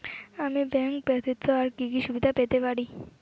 আমি ব্যাংক ব্যথিত আর কি কি সুবিধে পেতে পারি?